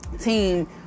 team